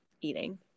eating